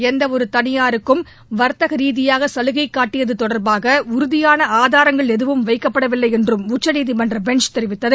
எந்தவொரு தனியாருக்கும் வர்த்தக ரீதியாக தகுதி காட்டியது தொடர்பாக உறுதியான ஆதாரங்கள் எதுவும் வைக்கப்படவில்லை என்றும் உச்சநீதிமன்ற பெஞ்ச் தெரிவித்தது